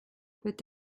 peut